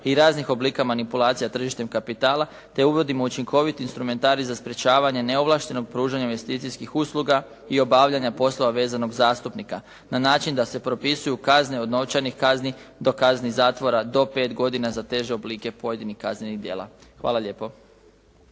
i raznih oblika manipulacija tržištem kapitala, te uvodimo učinkovit instrumentarij za sprečavanje neovlaštenog pružanja investicijskih usluga i obavljanja poslova vezanog zastupnika na način da se propisuju kazne od novčanih kazni do kazni zatvora do 5 godina za teže oblike pojedinih kaznenih djela. Hvala lijepo.